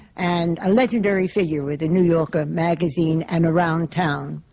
and a legendary figure with the new yorker magazine and around town,